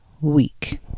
week